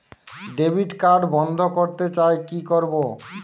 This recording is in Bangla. ডেবিট কার্ড বন্ধ করতে চাই কি করব?